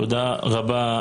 תודה רבה.